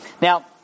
Now